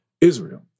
Israel